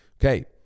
Okay